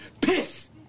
Piss